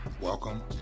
welcome